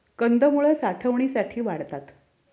कंदमुळं साठवणीसाठी वाढतात